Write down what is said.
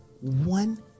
one